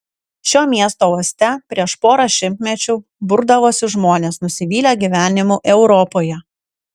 šio miesto uoste prieš porą šimtmečių burdavosi žmonės nusivylę gyvenimu europoje